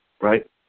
right